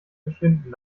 verschwinden